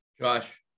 Josh